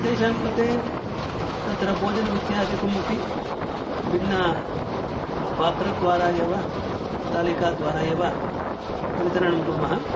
तेषां कृते तत्र भोजनम् इत्यादिकम् अपि भिन्नपात्रद्वारा एव स्थालिकाद्वारा एव वितरणं कुर्मः